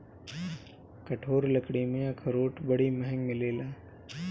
कठोर लकड़ी में अखरोट बड़ी महँग मिलेला